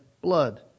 blood